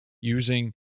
using